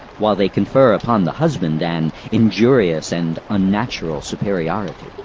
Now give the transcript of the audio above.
while they confer upon the husband an injurious and unnatural superiority.